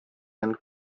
jäänud